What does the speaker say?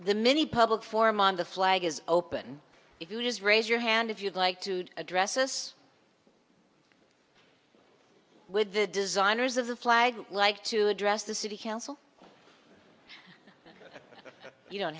the many public form on the flag is open it is raise your hand if you'd like to address us with the designers of the flag like to address the city council you don't